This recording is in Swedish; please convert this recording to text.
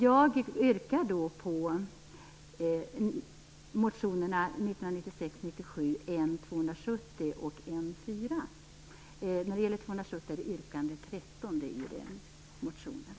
Jag yrkar därför bifall till motionerna 1996/97:N270, yrkande 13, och